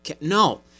No